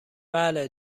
بله